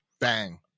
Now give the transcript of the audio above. Bang